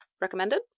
recommended